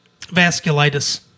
Vasculitis